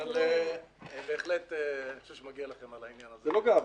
אבל בהחלט אני חושב שמגיע לכם על העניין הזה -- זו לא גאווה.